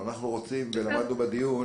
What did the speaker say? אנחנו נוסיף, אדוני היושב-ראש,